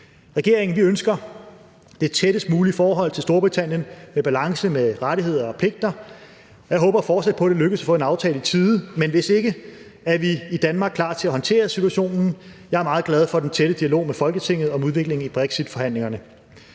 regeringen ønsker vi det tættest mulige forhold til Storbritannien med balance, rettigheder og pligter, og jeg håber fortsat på, at det lykkes at få en aftale i tide, men hvis ikke, er vi i Danmark klar til at håndtere situationen. Jeg er meget glad for den tætte dialog med Folketinget om udviklingen i brexitforhandlingerne.